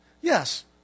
Yes